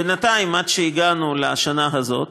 בינתיים, עד שהגענו לשנה זו,